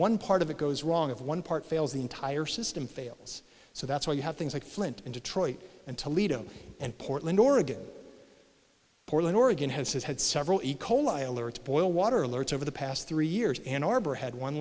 one part of it goes wrong if one part fails the entire system fails so that's why you have things like flint and detroit and toledo and portland oregon portland oregon has has had several e coli alerts boil water alerts over the past three years an arbor had one